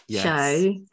show